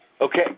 Okay